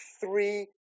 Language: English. three